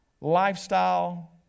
lifestyle